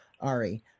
Ari